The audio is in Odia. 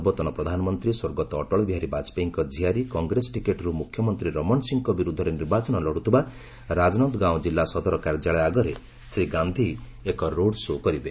ପୂର୍ବତନ ପ୍ରଧାନମନ୍ତ୍ରୀ ସ୍ୱର୍ଗତ ଅଟଳ ବିହାରୀ ବାଜପେୟୀଙ୍କ ଝିଆରୀ କଂଗ୍ରେସ ଟିକେଟ୍ରୁ ମୁଖ୍ୟମନ୍ତ୍ରୀ ରମଣ ସିଂଙ୍କ ବିରୁଦ୍ଧରେ ନିର୍ବାଚନ ଲଢ଼ୁଥିବା ରାଜନନ୍ଦଗାଓଁ ଜିଲ୍ଲା ସଦର କାର୍ଯ୍ୟାଳୟ ଆଗରେ ଶ୍ରୀ ଗାନ୍ଧି ଏକ ରୋଡ୍ ଶୋ' କରିବେ